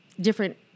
different